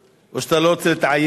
או שאתה לא רוצה להתעייף?